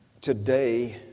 today